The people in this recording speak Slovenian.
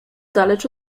daleč